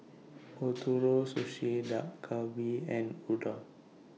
Ootoro Sushi Dak Galbi and Udon